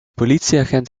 politieagent